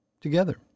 Together